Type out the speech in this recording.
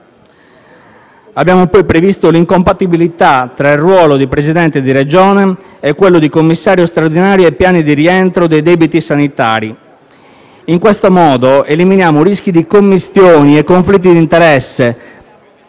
Abbiamo poi previsto l'incompatibilità tra il ruolo di Presidente di Regione e quello di commissario straordinario per il piano di rientro del debito sanitario. In questo modo eliminiamo rischi di commistioni e conflitti d'interesse.